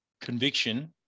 conviction